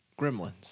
Gremlins